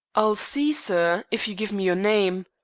i'll see sir, if you give me your name.